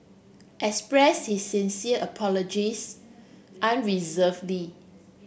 express his sincere apologies unreservedly